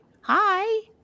hi